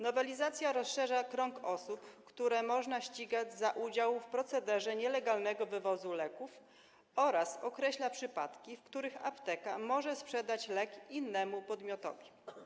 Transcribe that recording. Nowelizacja rozszerza krąg osób, które można ścigać za udział w procederze nielegalnego wywozu leków, oraz określa przypadki, w których apteka może sprzedać lek innemu podmiotowi.